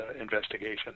investigation